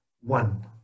one